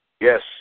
Yes